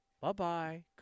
bye-bye